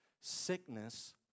Sickness